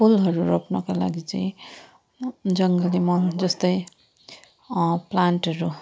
फुलहरू रोप्नुको लागि चाहिँ जङ्गली मल जस्तै प्लान्टहरू